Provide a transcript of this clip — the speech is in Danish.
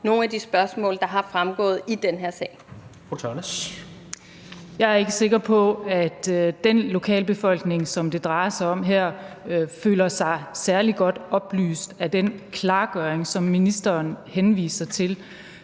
Ulla Tørnæs. Kl. 16:58 Ulla Tørnæs (V): Jeg er ikke sikker på, at den lokalbefolkning, som det drejer sig om her, føler sig særlig godt oplyst af den klargøring, som ministeren henviser til.